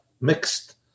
mixed